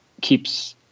keeps